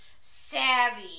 savvy